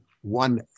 one